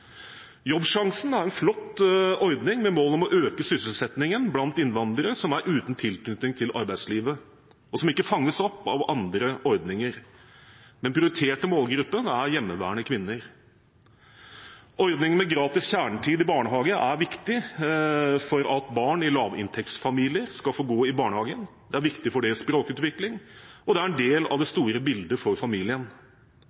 Jobbsjansen er en flott ordning med mål om å øke sysselsettingen blant innvandrere som er uten tilknytning til arbeidslivet, og som ikke fanges opp av andre ordninger. Den prioriterte målgruppen er hjemmeværende kvinner. Ordningen med gratis kjernetid i barnehage er viktig for at barn i lavinntektsfamilier skal få gå i barnehagen. Det er viktig for deres språkutvikling, og det er en del av det store bildet for familien.